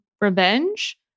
revenge